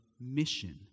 mission